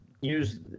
use –